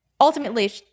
Ultimately –